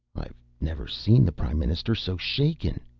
i've never seen the prime minister so shaken.